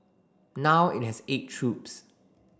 now it has eight troops